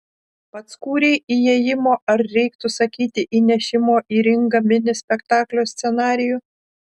pats kūrei įėjimo ar reiktų sakyti įnešimo į ringą mini spektaklio scenarijų